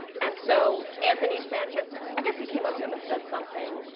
and so anthony sanchez, i guess he came up to him and said something.